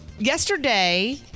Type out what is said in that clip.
Yesterday